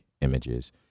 images